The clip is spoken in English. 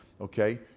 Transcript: Okay